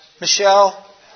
Michelle